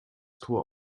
tor